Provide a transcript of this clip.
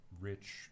rich